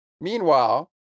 meanwhile